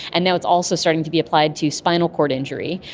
and now it's also starting to be applied to spinal cord injury.